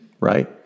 Right